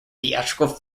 theatrical